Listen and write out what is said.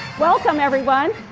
welcome everyone.